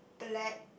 black